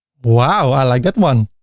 wow! i like that one.